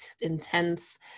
intense